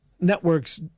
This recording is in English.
networks